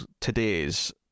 Today's